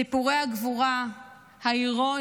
סיפורי הגבורה ההרואיים,